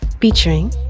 featuring